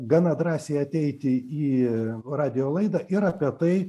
gana drąsiai ateiti į radijo laidą ir apie tai